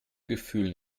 gefühl